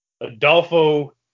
Adolfo